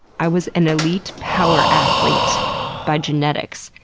i was an elite power athlete by genet ics.